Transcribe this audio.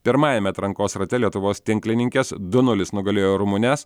pirmajame atrankos rate lietuvos tinklininkės du nulis nugalėjo rumunes